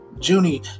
Junie